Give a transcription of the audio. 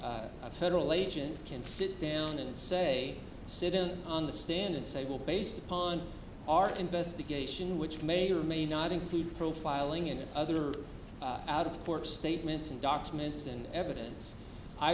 hurdle agent can sit down and say sit in on the stand and say well based upon our investigation which may or may not include profiling and other out of court statements and documents and evidence i